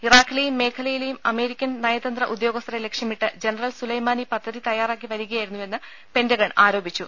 ഇറാഖിലെയും മേഖലയിലെയും അമേരിക്കൻ നയ തന്ത്ര ഉദ്യോഗസ്ഥരെ ലക്ഷ്യമിട്ട് ജനറൽ സുലൈമാനി പദ്ധതി തയ്യാറാക്കി വരികയായിരുന്നുവെന്ന് പെന്റഗൺ ആരോപി ച്ചു